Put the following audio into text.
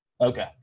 Okay